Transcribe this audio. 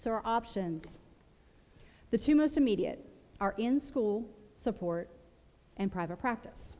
our options the two most immediate are in school support and private practice